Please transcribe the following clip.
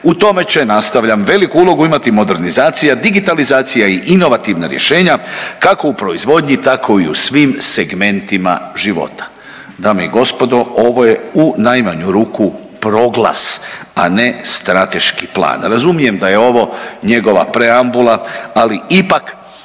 U tome će nastavljam, veliku ulogu imati modernizacija, digitalizacija i inovativna rješenja kako u proizvodnji tako i u svim segmentnima života. Dame i gospodo ovo je u najmanju roku proglas, a ne strateški plan. Razumijem da je ovo njegova preambula ali ipak